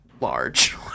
large